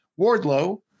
Wardlow